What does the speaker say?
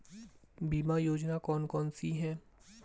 बीमा योजना कौन कौनसी हैं?